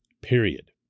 Period